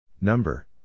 Number